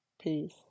Peace